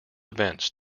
events